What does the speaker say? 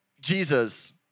Jesus